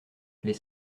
les